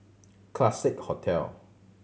Classique Hotel